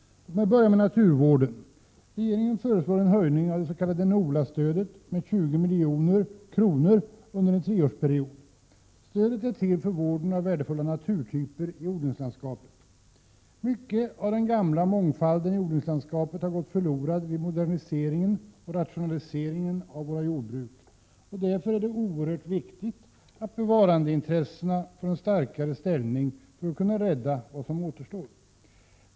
Låt mig börja med naturvården. Regeringen föreslår en höjning av dets.k. NOLA-stödet med 20 milj.kr. under en treårsperiod. Stödet är till för vården av värdefulla naturtyper i odlingslandskapet. Mycket av den gamla mångfalden i odlingslandskapet har gått förlorad vid moderniseringen och rationaliseringen av våra jordbruk. Därför är det oerhört viktigt att bevarandeintressena får en starkare ställning för att man skall kunna rädda vad som återstår.